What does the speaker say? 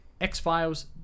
X-Files